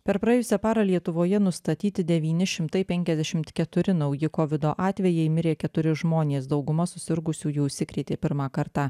per praėjusią parą lietuvoje nustatyti devyni šimtai penkiasdešimt keturi nauji kovido atvejai mirė keturi žmonės dauguma susirgusiųjų užsikrėtė pirmą kartą